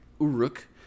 Uruk